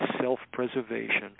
self-preservation